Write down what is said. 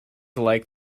like